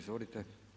Izvolite.